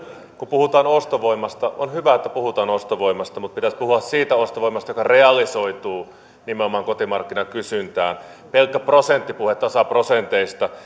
kun puhutaan ostovoimasta on hyvä että puhutaan ostovoimasta mutta pitäisi puhua siitä ostovoimasta joka realisoituu nimenomaan kotimarkkinakysyntään pelkkä prosenttipuhe tasaprosenteista